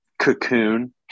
Cocoon